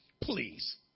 Please